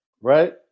right